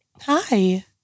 Hi